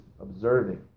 observing